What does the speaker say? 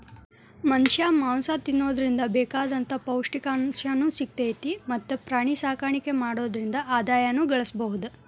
ಮನಷ್ಯಾ ಮಾಂಸ ತಿನ್ನೋದ್ರಿಂದ ಬೇಕಾದಂತ ಪೌಷ್ಟಿಕಾಂಶನು ಸಿಗ್ತೇತಿ ಮತ್ತ್ ಪ್ರಾಣಿಸಾಕಾಣಿಕೆ ಮಾಡೋದ್ರಿಂದ ಆದಾಯನು ಗಳಸಬಹುದು